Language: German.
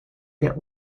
der